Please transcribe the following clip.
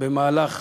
במהלך